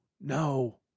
No